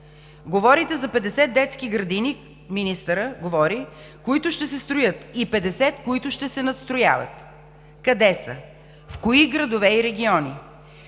говори за 50 детски градини, които ще се строят, и 50, които ще се надстрояват. Къде са? В кои градове и региони?